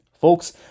Folks